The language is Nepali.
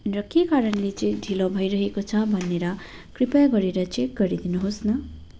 र के कारणले चाहिँ ढिलो भइरहेको छ भनेर कृपया गरेर चेक गरिदिनु होस् न